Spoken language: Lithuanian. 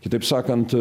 kitaip sakant